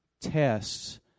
tests